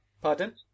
Pardon